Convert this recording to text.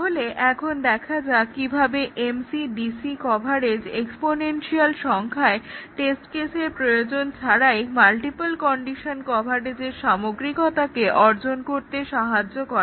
তাহলে এখন দেখা যাক কিভাবে MC DC কভারেজ এক্সপোনেনশিয়াল সংখ্যায় টেস্ট কেসের প্রয়োজন ছাড়াই মাল্টিপল কন্ডিশন কভারেজের সামগ্রিকতাকে অর্জন করতে সাহায্য করে